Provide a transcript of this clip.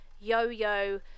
yo-yo